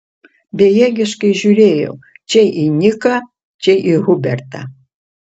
bejėgiškai žiūrėjau čia į niką čia į hubertą